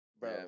Bro